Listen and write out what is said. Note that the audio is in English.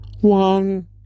One